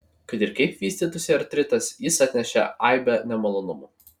kad ir kaip vystytųsi artritas jis atneša aibę nemalonumų